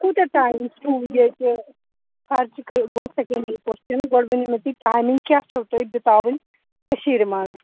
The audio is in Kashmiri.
کوٗتاہ ٹایِم چھُو ییٚتہِ خرچہ گوٚو سیٚکَنڈری کوسچن گۄڈٕ ؤنِو مےٚ تُہۍ ٹایمِنٛگ کیٛاہ چھَو تۄہہِ بِتاوٕنۍ کٔشیٖرِ منٛز